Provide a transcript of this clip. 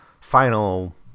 final